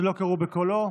שלא קראו בשמו?